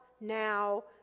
now